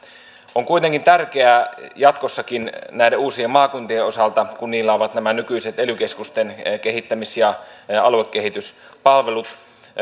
on kuitenkin tärkeää jatkossakin näiden uusien maakuntien osalta kun niillä ovat nämä nykyiset ely keskusten kehittämis ja aluekehityspalvelut